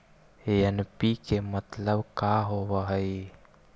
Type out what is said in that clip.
NPK मतलब का होव हइ?